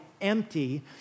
empty